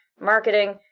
marketing